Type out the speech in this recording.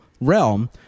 realm